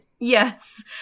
yes